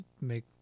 make